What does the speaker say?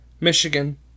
Michigan